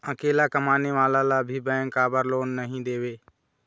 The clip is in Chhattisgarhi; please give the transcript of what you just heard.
अकेला कमाने वाला ला भी बैंक काबर लोन नहीं देवे?